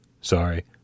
sorry